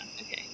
okay